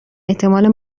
احتمال